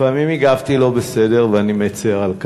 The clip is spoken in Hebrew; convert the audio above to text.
לפעמים הגבתי לא בסדר, ואני מצר על כך.